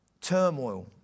turmoil